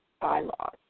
bylaws